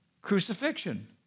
crucifixion